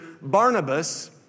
Barnabas